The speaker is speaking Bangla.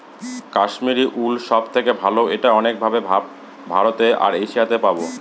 কাশ্মিরী উল সব থেকে ভালো এটা অনেক ভাবে ভারতে আর এশিয়াতে পাবো